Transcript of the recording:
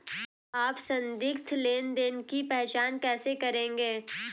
आप संदिग्ध लेनदेन की पहचान कैसे करेंगे?